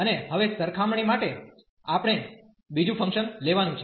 અને હવે સરખામણી માટે આપણે બીજું ફંકશન લેવાનું છે